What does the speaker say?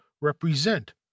REPRESENT